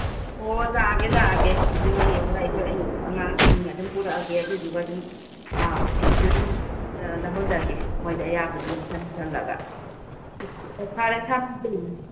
ꯑꯣ ꯂꯥꯛꯑꯒꯦ ꯂꯥꯛꯑꯒꯦ ꯑꯗꯨꯒ ꯌꯦꯡꯉꯒ ꯑꯉꯥꯡꯁꯤꯡ ꯑꯗꯨꯝ ꯄꯨꯔꯛꯑꯒꯦ ꯑꯗꯨꯒ ꯑꯗꯨꯝ ꯐꯤꯗꯨ ꯑꯗꯨꯝ ꯂꯧꯍꯜꯂꯒꯦ ꯃꯣꯏꯗ ꯑꯌꯥꯕ ꯑꯗꯨꯝ ꯂꯤꯠꯁꯜꯂꯒ ꯑꯣ ꯐꯔꯦ ꯊꯝꯃꯁꯤ